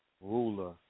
Ruler